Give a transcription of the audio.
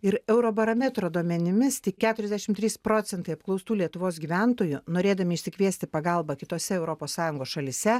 ir eurobarometro duomenimis tik keturiasdešim trys procentai apklaustų lietuvos gyventojų norėdami išsikviesti pagalbą kitose europos sąjungos šalyse